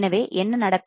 எனவே என்ன நடக்கும்